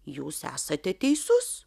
jūs esate teisus